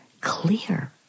clear